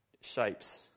shapes